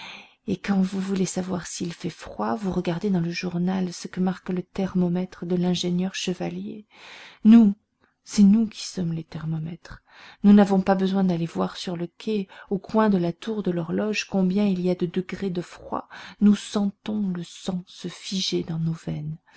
et quand vous voulez savoir s'il fait froid vous regardez dans le journal ce que marque le thermomètre de l'ingénieur chevalier nous c'est nous qui sommes les thermomètres nous n'avons pas besoin d'aller voir sur le quai au coin de la tour de l'horloge combien il y a de degrés de froid nous sentons le sang se figer dans nos veines